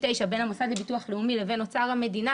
9 בין המוסד לביטוח לאומי לבין אוצר המדינה,